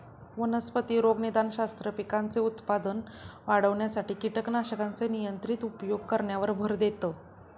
वनस्पती रोगनिदानशास्त्र, पिकांचे उत्पादन वाढविण्यासाठी कीटकनाशकांचे नियंत्रित उपयोग करण्यावर भर देतं